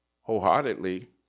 wholeheartedly